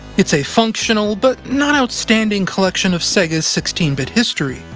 it's a functional, but not outstanding collection of sega's sixteen bit history,